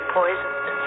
poisoned